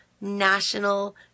National